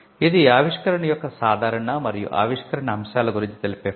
అది ఆవిష్కరణ యొక్క సాధారణ మరియు ఆవిష్కరణ అంశాల గురించి తెలిపే ఫారం